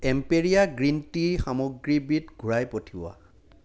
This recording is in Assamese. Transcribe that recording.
এম্পেৰীয়া গ্ৰীণ টি সামগ্ৰীবিধ ঘূৰাই পঠিওৱা